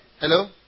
Hello